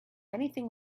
anything